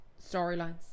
storylines